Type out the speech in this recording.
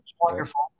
Wonderful